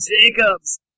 Jacobs